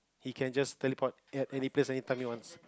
he can just teleport at any place any time he wants